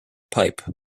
pipe